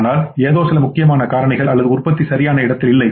ஆனால் ஏதோ சில முக்கியமான காரணிகள் அல்லது உற்பத்தி சரியான இடத்தில் இல்லை